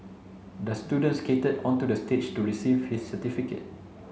the student skated onto the stage to receive his certificate